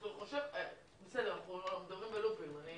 אני מסכימה אתך, אנחנו מדברים בלופים.